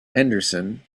henderson